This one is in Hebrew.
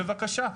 בבקשה.